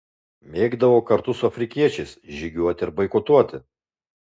mėgdavo kartu su afrikiečiais žygiuoti ir boikotuoti